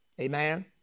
Amen